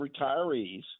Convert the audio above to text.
retirees